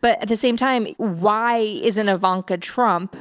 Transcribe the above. but at the same time, why isn't ivanka trump